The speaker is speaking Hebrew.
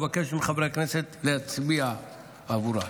ומבקשת מחברי הכנסת להצביע בעבורה.